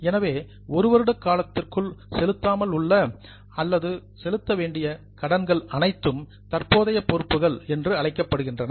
எனவே ஒரு வருட காலத்திற்குள் செலுத்தாமல் உள்ள அல்லது செலுத்த வேண்டிய கடன்கள் அனைத்தும் தற்போதைய பொறுப்புகள் என்று அழைக்கப்படுகின்றன